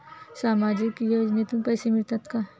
सामाजिक योजनेतून पैसे मिळतात का?